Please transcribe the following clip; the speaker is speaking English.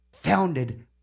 Founded